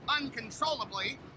uncontrollably